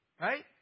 Right